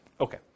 Okay